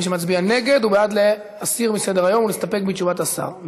מי שמצביע נגד הוא בעד להסיר מסדר-היום ולהסתפק בתשובת השר.